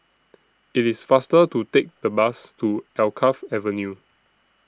IT IS faster to Take The Bus to Alkaff Avenue